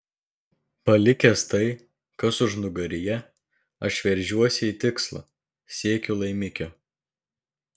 palikęs tai kas užnugaryje aš veržiuosi į tikslą siekiu laimikio